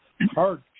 hard